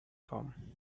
come